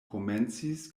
komencis